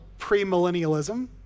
premillennialism